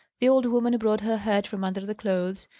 the old woman brought her head from under the clothes,